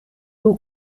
two